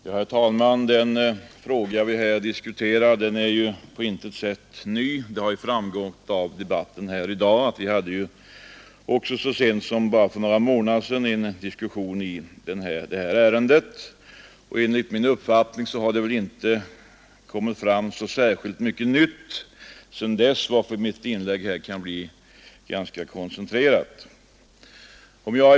Herr talman! Den fråga vi här diskuterar är på intet sätt ny. Av debatten i dag har ju också framgått att vi så sent som för bara några månader sedan hade en diskussion i detta ärende. Enligt min mening har väl inte framkommit så särskilt mycket nytt sedan dess, varför mitt inlägg kan bli ganska koncentrerat.